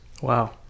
Wow